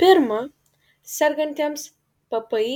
pirma sergantiems ppi